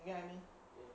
you get what I mean